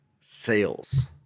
sales